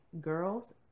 girls